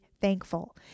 thankful